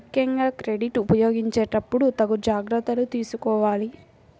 ముక్కెంగా క్రెడిట్ ఉపయోగించేటప్పుడు తగు జాగర్తలు తీసుకోవాలి